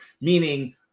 meaning